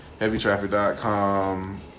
HeavyTraffic.com